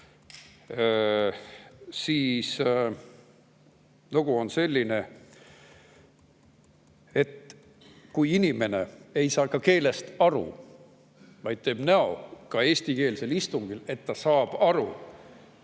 kui lugu on selline, et inimene ei saa ka keelest aru, vaid teeb näo eestikeelsel istungil, et ta saab aru,